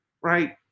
right